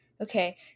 Okay